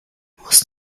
musst